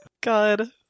God